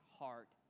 heart